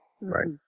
right